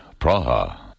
Praha